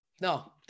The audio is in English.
No